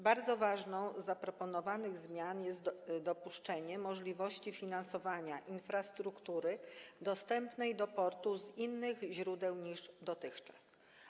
Bardzo ważna z zaproponowanych zmian jest ta dotycząca dopuszczenia możliwości finansowania infrastruktury dostępu do portu z innych źródeł niż dotychczas.